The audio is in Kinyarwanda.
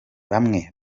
bamwe